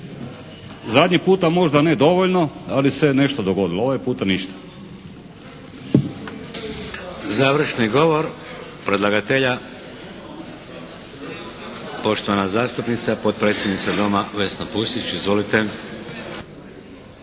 Zadnji puta možda ne dovoljno ali se je nešto dogodilo. Ovaj puta ništa. **Šeks, Vladimir (HDZ)** Završni govor predlagatelja poštovana zastupnica, potpredsjednica Doma Vesna Pusić. Izvolite!